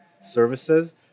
services